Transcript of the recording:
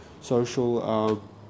social